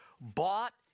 bought